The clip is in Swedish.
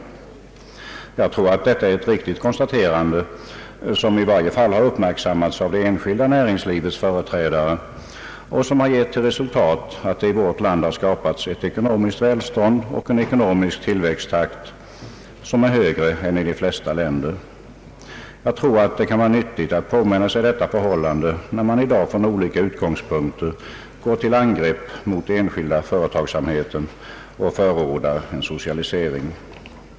Jag tror att detta är ett riktigt konstaterande, som i varje fall uppmärksammats av det enskilda näringslivets företrädare och som gett till resultat att det i vårt land har skapats ett ekonomiskt välstånd och en ekonomisk tillväxttakt, som är högre än i de flesta länder. Det kan vara nyttigt att påminna sig detta förhållande när man i dag från olika utgångspunkter går till angrepp mot den enskilda företagsamheten och förordar en socialisering.